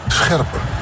scherper